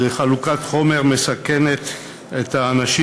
זה חלוקת חומר המסכן אנשים,